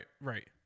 right